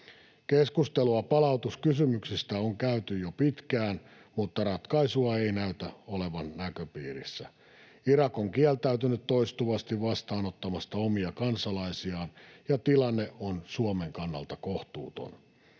Keskustelua palautuskysymyksistä on käyty jo pitkään, mutta ratkaisua ei näytä olevan näköpiirissä. Irak on kieltäytynyt toistuvasti vastaanottamasta omia kansalaisiaan, ja tilanne on Suomen kannalta kohtuuton.